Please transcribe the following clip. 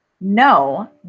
no